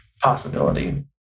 possibility